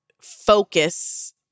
focus